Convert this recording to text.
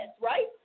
right